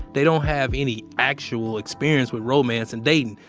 they don't have any actual experience with romance and dating,